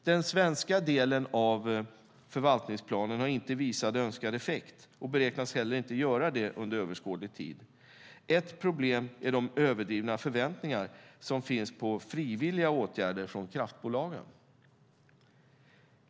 Den svenska delen av förvaltningsplanen har inte visat önskad effekt och beräknas heller inte göra det under överskådlig tid. Ett problem är de överdrivna förväntningar som finns på frivilliga åtgärder från kraftbolagen.